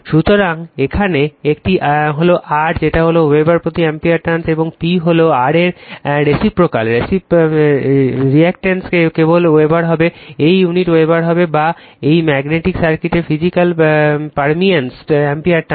সুতরাং এখানে এটি হল R যেটা হল ওয়েবার প্রতি অ্যাম্পিয়ার টার্নস এবং P হল R এর রেসিপ্রকাল রিলাকটেন্স এটি কেবল ওয়েবার হবে এই ইউনিটটি ওয়েবার হবে বা এই ম্যাগনেটিক সার্কিটের ফিজিক্যাল পারমিয়েন্সের অ্যাম্পিয়ার টার্ন